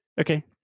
Okay